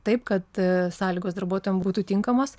taip kad sąlygos darbuotojam būtų tinkamos